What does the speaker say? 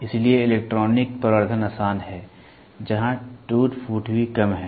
इसलिए इलेक्ट्रॉनिक प्रवर्धन आसान है जहां टूट फूट भी कम है